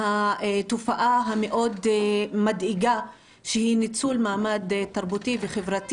ועדות: ועדת החינוך והוועדה לקידום מעמד האישה ושוויון מגדרי.